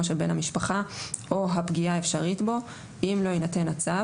של בן המשפחה או הפגיעה האפשרית בו אם לא יינתן הצו,